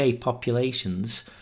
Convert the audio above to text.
populations